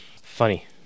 Funny